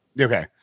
Okay